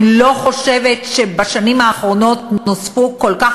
אני לא חושבת שבשנים האחרונות נוספו כל כך